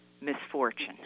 misfortune